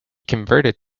converted